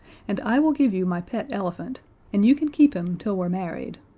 and i will give you my pet elephant and you can keep him till we're married.